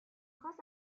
خاص